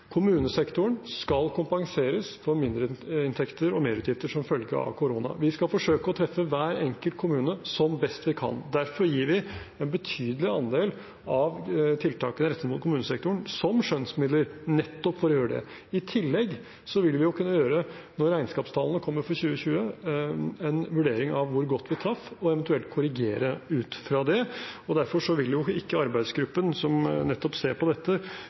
Kommunesektoren skal kompenseres for mindreinntekter og merutgifter som følge av korona. Vi skal forsøke å treffe hver enkelt kommune som best vi kan. Derfor gir vi en betydelig andel av tiltakene rettet mot kommunesektoren som skjønnsmidler. I tillegg vil vi, når regnskapstallene kommer for 2020, kunne gjøre en vurdering av hvor godt vi traff og eventuelt korrigere ut fra det. Derfor vil ikke arbeidsgruppen som nettopp ser på dette,